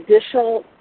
additional